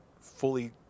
fully